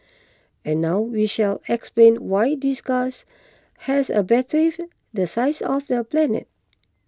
and now we shall explain why this guys has a battery the size of a planet